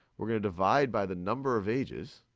we're gonna divide by the number of ages.